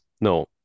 no